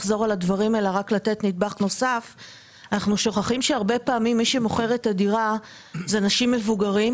ואנחנו שוכחים שהרבה פעמים מי שמוכר את הדירה הם אנשים מבוגרים,